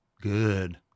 Good